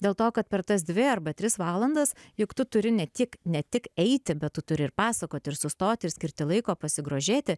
dėl to kad per tas dvi arba tris valandas juk tu turi ne tik ne tik eiti bet turi ir pasakoti ir sustot ir skirti laiko pasigrožėti